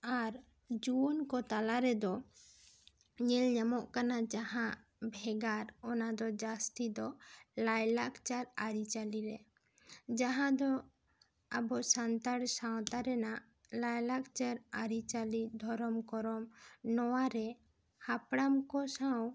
ᱟᱨ ᱡᱩᱭᱟᱹᱱ ᱠᱚ ᱛᱟᱞᱟᱨᱮᱫᱚ ᱧᱮᱞ ᱧᱟᱢᱚᱜ ᱠᱟᱱᱟ ᱡᱟᱦᱟᱸ ᱵᱷᱮᱜᱟᱨ ᱚᱱᱟ ᱫᱚ ᱡᱟᱹᱥᱛᱤ ᱫᱚ ᱞᱟᱭᱞᱟᱠᱪᱟᱨ ᱟᱹᱨᱤᱪᱟᱞᱤ ᱨᱮ ᱡᱟᱦᱟᱸ ᱫᱚ ᱟᱵᱚ ᱥᱟᱱᱛᱟᱲ ᱥᱟᱶᱛᱟ ᱨᱮᱱᱟᱜ ᱞᱟᱭᱞᱟᱠᱪᱟᱨ ᱟᱹᱨᱤᱪᱟᱞᱤ ᱫᱷᱚᱨᱚᱢ ᱠᱚᱨᱚᱢ ᱱᱚᱶᱟ ᱨᱮ ᱦᱟᱯᱟᱲᱟᱢ ᱠᱚ ᱥᱟᱶ